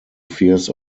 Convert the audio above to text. fears